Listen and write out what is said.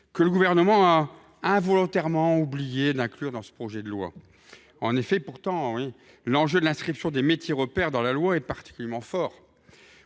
que le Gouvernement a involontairement oublié d’inclure dans le projet de loi… L’enjeu de l’inscription des métiers repères dans la loi est particulièrement fort.